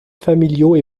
familiaux